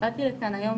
באתי לכאן היום,